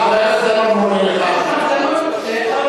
כן, כן,